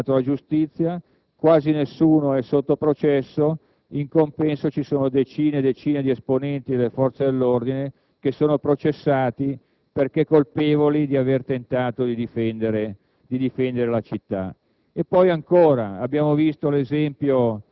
Nessuno dei devastatori è stato assicurato alla giustizia né è sotto processo, ma, in compenso, decine e decine di esponenti delle forze dell'ordine sono processati perché colpevoli di aver tentato di difendere la città.